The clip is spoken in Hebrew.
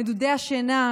נדודי השינה,